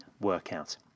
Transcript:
workout